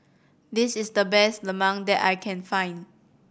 this is the best lemang that I can find